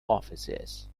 offices